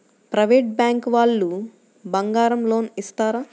Private bank వాళ్ళు బంగారం loan ఇస్తారా?